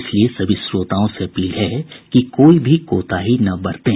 इसलिए सभी श्रोताओं से अपील है कि कोई भी कोताही न बरतें